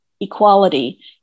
equality